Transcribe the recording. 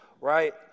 right